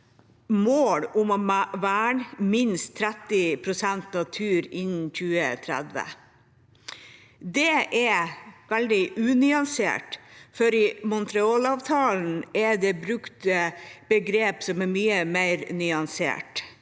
«mål om å verne minst 30 pst. natur innen 2030». Det er veldig unyansert. I Montrealavtalen er det brukt begrep som er mye mer nyansert.